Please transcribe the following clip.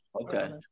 Okay